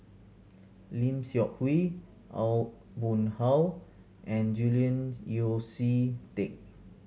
Lim Seok Hui Aw Boon Haw and Julian Yeo See Teck